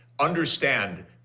Understand